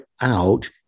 out